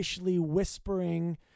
whispering